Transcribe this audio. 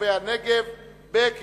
וליישובי הנגב המערבי (הוראת שעה) (תיקון מס' 2),